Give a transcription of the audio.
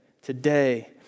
today